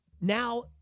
Now